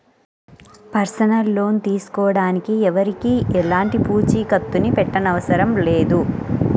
personal loan తీసుకోడానికి ఎవరికీ ఎలాంటి పూచీకత్తుని పెట్టనవసరం లేదు